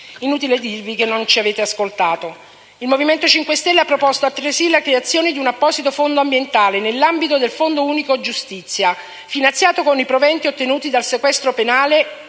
Inutile dirvi che non ci avete ascoltato. Il Movimento 5 Stelle ha proposto altresì la creazione di un apposito fondo ambientale, nell'ambito del Fondo unico giustizia, finanziato con i proventi ottenuti dal sequestro penale